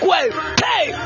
Hey